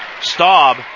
Staub